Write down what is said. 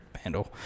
handle